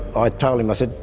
i told him, i said,